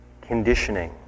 conditioning